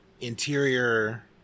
interior